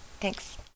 Thanks